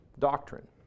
doctrine